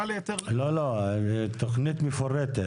לא, לא, תכנית מפורטת.